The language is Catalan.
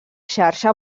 xarxa